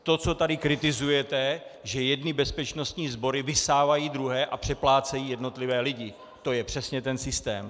To, co tady kritizujete, že jedny bezpečnostní sbory vysávají druhé a přeplácejí jednotlivé lidi, to je přesně ten systém.